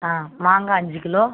ஆ மாங்கா அஞ்சு கிலோ